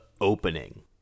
opening